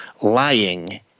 lying